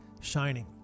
shining